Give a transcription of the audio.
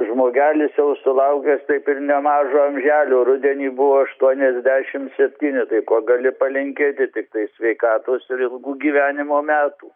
žmogelis jau sulaukęs taip ir nemažo amželio rudenį buvo aštuoniasdešim septyni tai ko gali palinkėti tiktai sveikatos ir ilgų gyvenimo metų